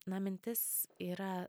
na mintis yra